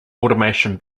automation